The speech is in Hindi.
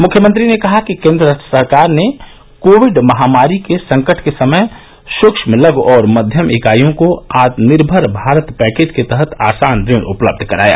मुख्यमंत्री ने कहा कि केन्द्र सरकार ने कोविड महामारी के संकट के समय सुक्ष्म लघ् और मध्यम इकाइयों को आत्मनिर्भर भारत पैकेज के तहत आसान ऋण उपलब्ध कराया